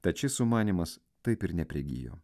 tad šis sumanymas taip ir neprigijo